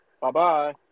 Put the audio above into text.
Bye-bye